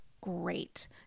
great